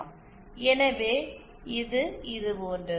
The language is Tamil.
எனவே இது இது போன்றது